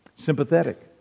Sympathetic